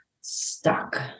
stuck